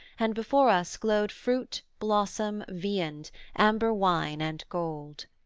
and before us glowed fruit, blossom, viand, amber wine, and gold.